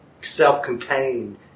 self-contained